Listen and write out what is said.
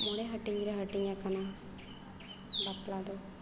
ᱢᱚᱬᱮ ᱦᱟᱹᱴᱤᱧᱨᱮ ᱦᱟᱹᱴᱤᱧ ᱠᱟᱱᱟ ᱵᱟᱯᱞᱟᱫᱚ